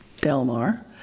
Delmar